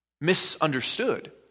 Misunderstood